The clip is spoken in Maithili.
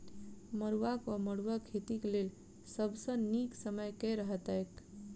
मरुआक वा मड़ुआ खेतीक लेल सब सऽ नीक समय केँ रहतैक?